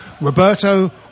Roberto